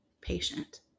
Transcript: patient